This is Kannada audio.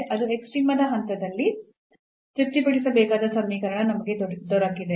ಅದು ಎಕ್ಸ್ಟ್ರೀಮದ ಹಂತದಲ್ಲಿ ತೃಪ್ತಿಪಡಿಸಬೇಕಾದ ಸಮೀಕರಣ ನಮಗೆ ದೊರಕಿದೆ